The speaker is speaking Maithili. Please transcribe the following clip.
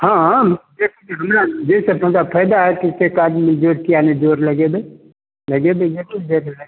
हँ हँ जे हमरा जाहिसँ हमरा फाइदा हेतै से काजमे जोर किआ नहि जोर लगेबै लगेबै जरूर जरूर लगेबै